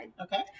Okay